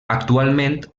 actualment